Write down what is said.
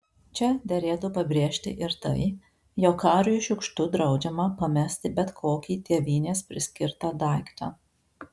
čia derėtų pabrėžti ir tai jog kariui šiukštu draudžiama pamesti bet kokį tėvynės priskirtą daiktą